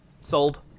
Sold